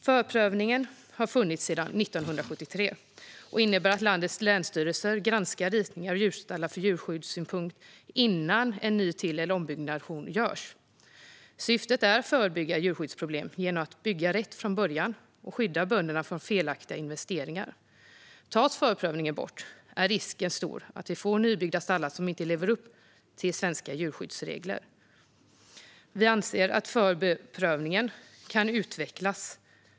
Förprövningen har funnits sedan 1973 och innebär att landets länsstyrelser granskar ritningar av djurstallar från djurskyddssynpunkt innan en ny, till eller ombyggnation görs. Syftet är att förebygga djurskyddsproblem genom att man bygger rätt från början och att skydda bönderna från felaktiga investeringar. Tas förprövningen bort är risken stor att vi får nybyggda stallar som inte lever upp till svenska djurskyddsregler. Vi anser att förprövningen kan utvecklas.